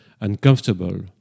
uncomfortable